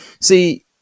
See